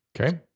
Okay